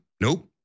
Nope